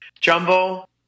Jumbo